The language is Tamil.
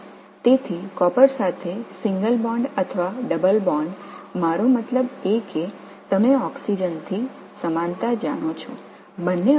எனவே காப்பர் வகையான இரட்டை பிணைப்புடன் ஒற்றை பிணைப்பு அல்லது ஆக்ஸிஜனில் இருந்து சமதூரத்தில் உள்ளதை நீங்கள் அறிவீர்கள்